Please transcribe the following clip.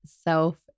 self